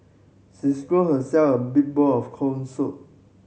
she scooped herself a big bowl of corn soup